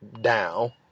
Down